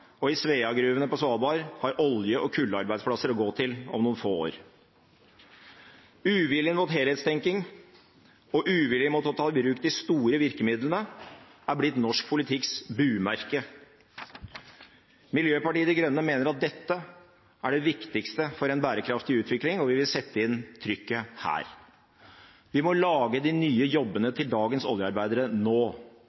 og i Sveagruvene på Svalbard har olje- og kullarbeidsplasser å gå til om noen få år. Uviljen mot helhetstenking og uviljen mot å ta i bruk de store virkemidlene er blitt norsk politikks bumerke. Miljøpartiet De Grønne mener at dette er det viktigste for en bærekraftig utvikling, og vi vil sette inn trykket her. Vi må lage de nye jobbene